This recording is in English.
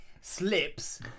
Slips